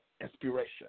inspiration